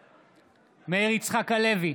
הלוי,